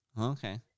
Okay